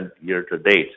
year-to-date